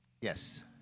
Yes